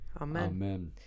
Amen